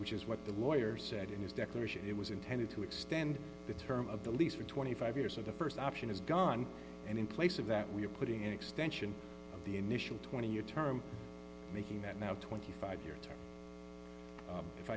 which is what the lawyer said in his declaration it was intended to extend the term of the lease for twenty five years of the st option is gone and in place of that we are putting an extension of the initial twenty year term making that now twenty five year term if